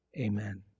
Amen